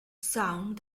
sound